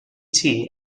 chee